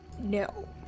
No